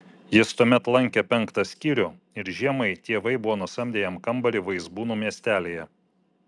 jis tuomet lankė penktą skyrių ir žiemai tėvai buvo nusamdę jam kambarį vaizbūnų miestelyje